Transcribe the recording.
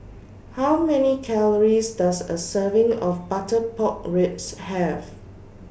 How Many Calories Does A Serving of Butter Pork Ribs Have